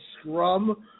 scrum